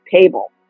table